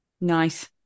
nice